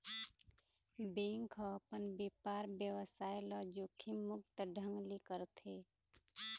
bank ह अपन बेपार बेवसाय ल जोखिम मुक्त ढंग ले करथे